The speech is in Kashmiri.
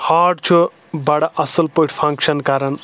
ہَارٹ چھُ بَڑٕ اَصٕل پٲٹھۍ فنٛگشَن کران